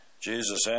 Jesus